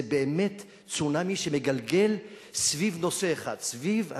זה באמת צונאמי שמתגלגל סביב נושא אחד, סביב הצדק.